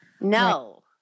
No